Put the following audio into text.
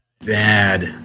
bad